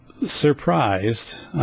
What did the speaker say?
surprised